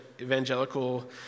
evangelical